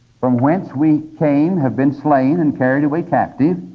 from whence we came, have been slain and carried away captive.